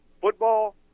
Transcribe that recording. football